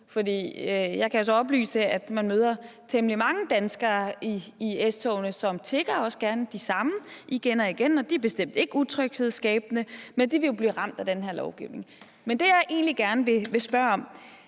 jeg kan så oplyse, at man møder temmelig mange danskere i S-togene, som tigger – også de samme, igen og igen – og de er bestemt ikke utryghedsskabende, men de vil jo blive ramt af den her lovgivning. Det, jeg egentlig gerne vil spørge om,